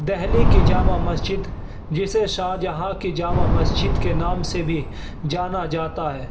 دہلی کی جامع مسجد جسے شاہ جہاں کی جامع مسجد کے نام سے بھی جانا جاتا ہے